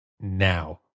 now